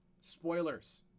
Spoilers